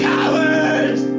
Cowards